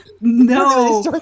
No